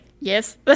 yes